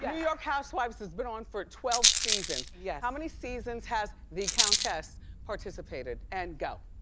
yeah york housewives has been on for twelve seasons. yeah how many seasons has the countess participated? and go.